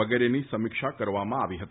વગેરેની સમીક્ષા કરવામાં આવી હતી